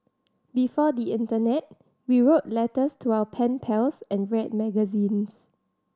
before the internet we wrote letters to our pen pals and read magazines